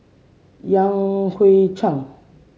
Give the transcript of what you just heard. Yan Hui Chang